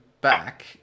back